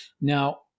Now